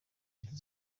nshuti